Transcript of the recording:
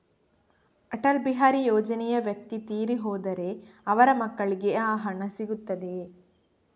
ಅಟಲ್ ಬಿಹಾರಿ ಯೋಜನೆಯ ವ್ಯಕ್ತಿ ತೀರಿ ಹೋದರೆ ಅವರ ಮಕ್ಕಳಿಗೆ ಆ ಹಣ ಸಿಗುತ್ತದೆಯೇ?